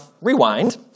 rewind